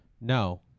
No